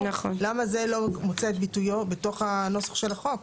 למה זה לא מוצא את ביטויו בתוך הנוסח של החוק?